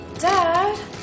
Dad